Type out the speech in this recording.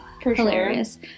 Hilarious